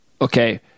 Okay